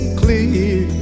clear